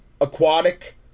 aquatic